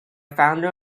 founder